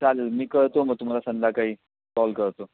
चालेल मी करतो मग तुम्हाला संध्याकाळी कॉल करतो